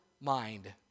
mind